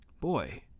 Boy